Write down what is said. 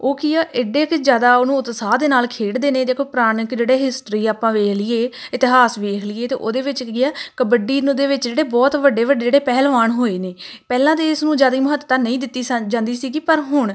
ਉਹ ਕੀ ਆ ਐਡੇ ਕੁ ਜ਼ਿਆਦਾ ਉਹ ਨੂੰ ਉਤਸ਼ਾਹ ਦੇ ਨਾਲ ਖੇਡਦੇ ਨੇ ਦੇਖੋ ਪੁਰਾਣਕ ਜਿਹੜੇ ਹਿਸਟਰੀ ਆਪਾਂ ਵੇਖ ਲਈਏ ਇਤਿਹਾਸ ਵੇਖ ਲਈਏ ਤਾਂ ਉਹਦੇ ਵਿੱਚ ਕੀ ਹੈ ਕਬੱਡੀ ਨੂੰ ਦੇ ਵਿੱਚ ਜਿਹੜੇ ਬਹੁਤ ਵੱਡੇ ਵੱਡੇ ਜਿਹੜੇ ਪਹਿਲਵਾਨ ਹੋਏ ਨੇ ਪਹਿਲਾਂ ਤਾਂ ਇਸ ਨੂੰ ਜ਼ਿਆਦਾ ਮਹੱਤਤਾ ਨਹੀਂ ਦਿੱਤੀ ਸਾ ਜਾਂਦੀ ਸੀਗੀ ਪਰ ਹੁਣ